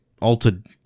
altered